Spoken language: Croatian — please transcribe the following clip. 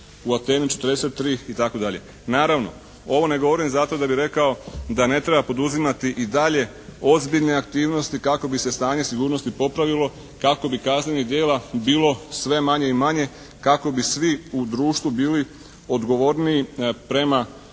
u Ateni 43 itd. Naravno, ovo ne govorim zato da bih rekao da ne treba poduzimati i dalje ozbiljne aktivnosti kako bi se stanje sigurnosti popravilo, kako bi kaznenih djela bilo sve manje i manje, kako bi svi u društvu bili odgovorniji prema